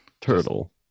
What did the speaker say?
turtle